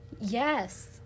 yes